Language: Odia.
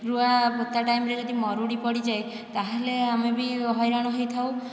ରୁଆ ପୋତା ଟାଇମରେ ଯଦି ମରୁଡ଼ି ପଡ଼ିଯାଏ ତାହେଲେ ଆମେ ବି ହଇରାଣ ହୋଇଥାଉ